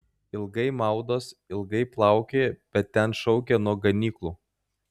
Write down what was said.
ilgai maudos ilgai plaukioja bet ten šaukia nuo ganyklų